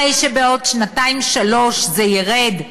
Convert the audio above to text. הרי שבעוד שנתיים-שלוש זה ירד ל-75%,